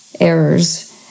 errors